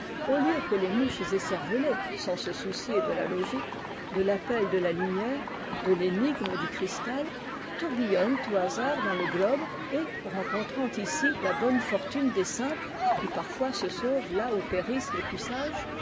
au lieu que les mouches écervèlées sans se soucier de la logique de l'appel de la lumière de l'énigme du cristal tourbillonn au hasard dans le globe et rencontrant ici bonne fortune des simples qui parfois se s là où périssent les plus sages